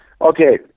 Okay